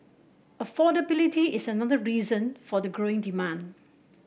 affordability is another reason for the growing demand